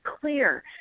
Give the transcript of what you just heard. clear